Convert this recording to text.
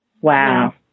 Wow